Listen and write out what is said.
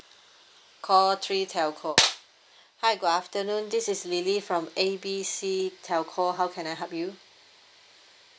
call three telco hi good afternoon this is lily from A B C telco how can I help you